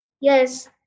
Yes